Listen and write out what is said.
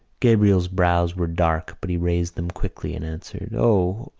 gabriel's brows were dark but he raised them quickly and answered o,